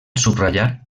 subratllar